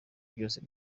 byose